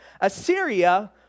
Assyria